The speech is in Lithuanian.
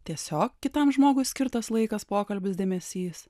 tiesiog kitam žmogui skirtas laikas pokalbis dėmesys